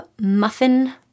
muffin